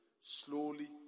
slowly